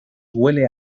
huele